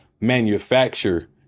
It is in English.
manufacture